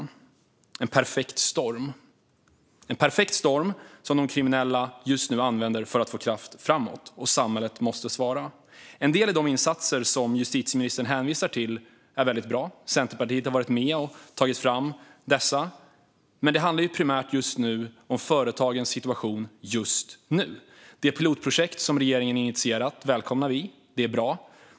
Denna perfekta storm använder de kriminella just nu för att få kraft framåt, och samhället måste svara. En del av de insatser som justitieministern hänvisar till är bra, och Centerpartiet har varit med om att ta fram dessa. Men i dag handlar det om företagens situation här och nu. Det pilotprojekt som regeringen initierat välkomnar vi; det är bra.